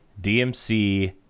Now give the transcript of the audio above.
dmc